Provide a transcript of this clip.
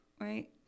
right